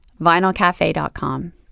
VinylCafe.com